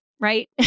right